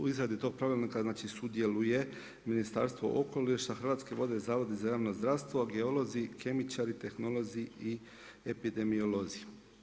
U izradi tog Pravilnika znači sudjeluje Ministarstvo okoliša, Hrvatske vode, zavodi za javno zdravstvo, geolozi, kemičar, tehnolozi i epidemiolozi.